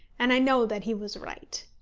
and i know that he was right.